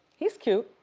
he's cute.